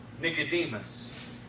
Nicodemus